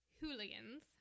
hooligans